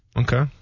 Okay